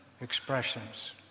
expressions